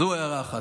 זו הערה אחת.